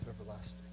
everlasting